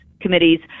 committees